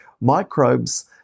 microbes